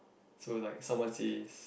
so like someone says